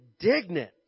indignant